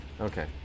Okay